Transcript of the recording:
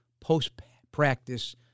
post-practice